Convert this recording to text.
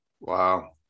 Wow